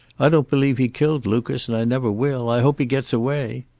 i don't believe he killed lucas, and i never will. i hope he gets away.